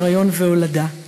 היריון והולדה.